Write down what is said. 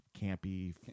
campy